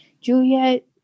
Juliet